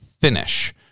finish